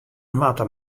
moatte